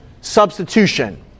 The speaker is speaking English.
substitution